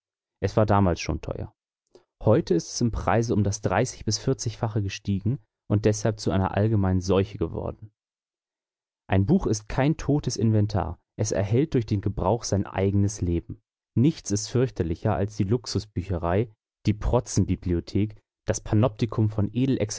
es war damals schon teuer heute ist es im preise um das dreißig und vierzigfache gestiegen und deshalb zu einer allgemeinen seuche geworden ein buch ist kein totes inventar es erhält durch den gebrauch sein eigenes leben nichts ist fürchterlicher als die luxusbücherei die protzenbibliothek das panoptikum von